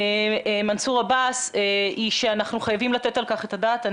מנסור עבאס, היא שאנחנו חייבים לתת על כך את הדעת.